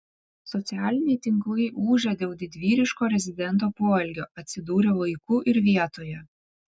socialiniai tinklai ūžia dėl didvyriško rezidento poelgio atsidūrė laiku ir vietoje